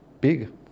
big